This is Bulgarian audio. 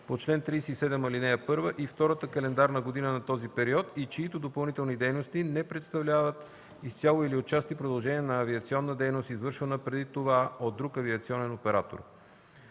по чл. 37, ал. 1, и втората календарна година на този период, и чиито допълнителни дейности не представляват изцяло или отчасти продължение на авиационна дейност, извършвана преди това от друг авиационен оператор.